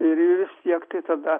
ir vis tiek tai tada